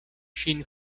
ŝin